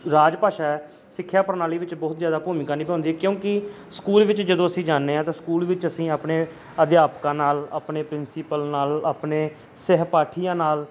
ਰਾਜ ਭਾਸ਼ਾ ਸਿੱਖਿਆ ਪ੍ਰਣਾਲੀ ਵਿੱਚ ਬਹੁਤ ਜ਼ਿਆਦਾ ਭੂਮਿਕਾ ਨਿਭਾਉਂਦੀ ਕਿਉਂਕਿ ਸਕੂਲ ਵਿੱਚ ਜਦੋਂ ਅਸੀਂ ਜਾਂਦੇ ਹਾਂ ਤਾਂ ਸਕੂਲ ਵਿੱਚ ਅਸੀਂ ਆਪਣੇ ਅਧਿਆਪਕਾਂ ਨਾਲ ਆਪਣੇ ਪ੍ਰਿੰਸੀਪਲ ਨਾਲ ਆਪਣੇ ਸਹਿਪਾਠੀਆਂ ਨਾਲ